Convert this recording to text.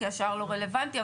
כי השאר לא רלוונטי,